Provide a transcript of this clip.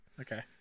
okay